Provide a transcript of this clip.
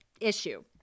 issue